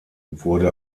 wurde